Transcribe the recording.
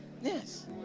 Yes